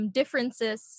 differences